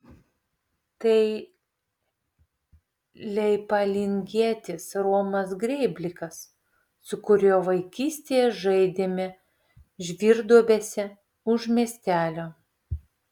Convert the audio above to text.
tai leipalingietis romas grėblikas su kuriuo vaikystėje žaidėme žvyrduobėse už miestelio